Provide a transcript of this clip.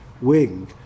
wing